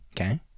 Okay